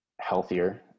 healthier